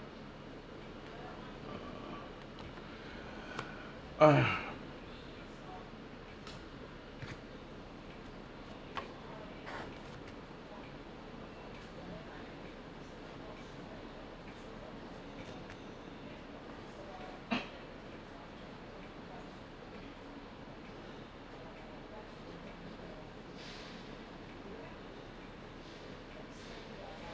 uh